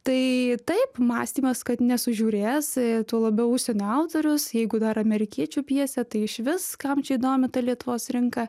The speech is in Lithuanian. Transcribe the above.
tai taip mąstymas kad nesužiūrės tuo labiau užsienio autorius jeigu dar amerikiečių pjesė tai išvis kam čia įdomi ta lietuvos rinka